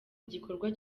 igikorwa